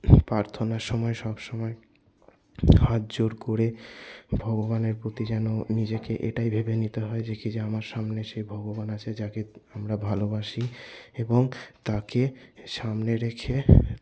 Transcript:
প্রার্থনার সময় সব সময় হাত জোর করে ভগবানের প্রতি যেন নিজেকে এটাই ভেবে নিতে হয় যে কি যে আমার সামনে সে ভগবান আছে যাকে আমরা ভালোবাসি এবং তাকে সামনে রেখে